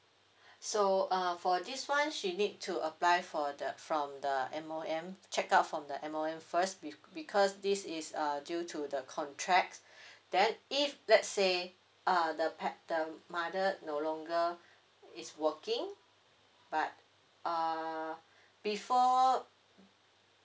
so uh for this one she need to apply for the from the M_O_M checkout from the M_O_M first be~ because this is err due to the contract then if let's say uh the pa~ the mother no longer is working but uh before